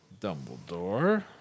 Dumbledore